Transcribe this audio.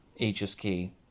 HSK